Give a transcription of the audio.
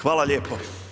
Hvala lijepo.